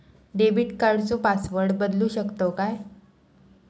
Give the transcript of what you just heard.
Debit कार्डचो password बदलु शकतव काय?